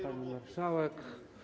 Pani Marszałek!